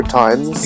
times